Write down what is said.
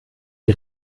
die